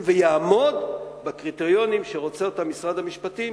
ויעמוד בקריטריונים שרוצה משרד המשפטים,